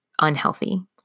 unhealthy